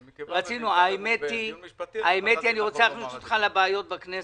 אבל --- האמת היא שאני רוצה להכניס אותך לבעיות בכנסת,